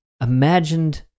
imagined